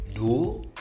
No